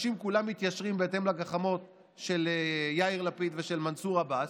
כולם מתיישרים בהתאם לגחמות של יאיר לפיד ושל מנסור עבאס.